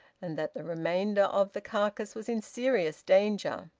and that the remainder of the carcass was in serious danger.